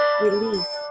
release